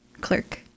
Clerk